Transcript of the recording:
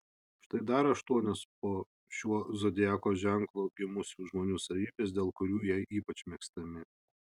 štai dar aštuonios po šiuo zodiako ženklu gimusių žmonių savybės dėl kurių jie ypač mėgstami